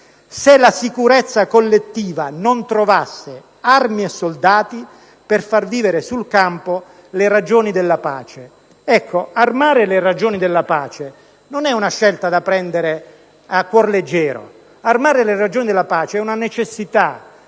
se la sicurezza collettiva non trovasse armi e soldati per far vivere sul campo le ragioni della pace». Armare le ragioni della pace non è una scelta da prendere a cuor leggero: armare le ragioni della pace è una necessità